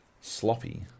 sloppy